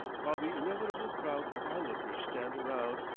while the inevitable crowd of onlookers stand around,